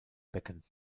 becken